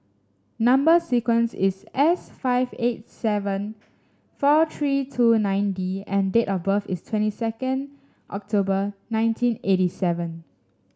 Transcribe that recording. number sequence is S five eight seven four three two nine D and date of birth is twenty second October nineteen eighty seven